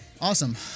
awesome